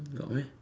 got meh